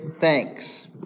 thanks